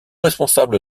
responsable